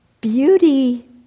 Beauty